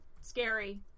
scary